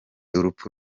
urupfu